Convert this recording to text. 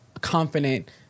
confident